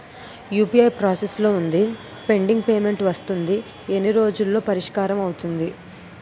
UPI process లో వుందిపెండింగ్ payment వస్తుంది ఎన్ని రోజుల్లో పరిష్కారం అవుతుంది